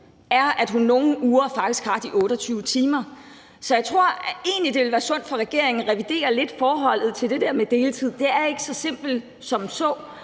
er, at hun nogle uger faktisk har de 28 timer. Så jeg tror egentlig, det ville være sundt for regeringen at revidere forholdet til det der med deltid lidt. Det er ikke så simpelt som så.